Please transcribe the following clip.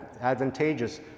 advantageous